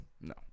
No